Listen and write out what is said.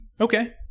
Okay